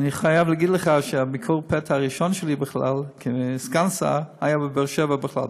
אני חייב להגיד לך שביקור הפתע הראשון שלי כסגן שר היה בבאר-שבע בכלל,